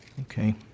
Okay